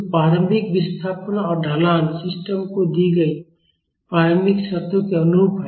तो प्रारंभिक विस्थापन और ढलान सिस्टम को दी गई प्रारंभिक शर्तों के अनुरूप हैं